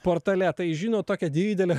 portale tai žino tokia didelė